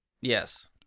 Yes